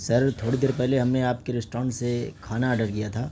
سر تھوڑی دیر پہلے ہم نے آپ کی ریسٹورنٹ سے کھانا آڈر کیا تھا